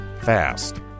fast